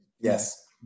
Yes